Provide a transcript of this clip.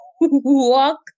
Walk